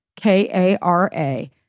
K-A-R-A